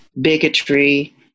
bigotry